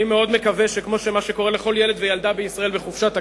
אני מאוד מקווה שכמו שמה שקורה לכל ילד וילדה בישראל בחופשת הקיץ,